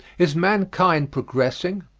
is mankind progressing?